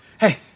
Hey